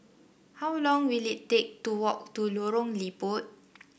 how long will it take to walk to Lorong Liput